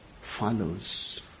follows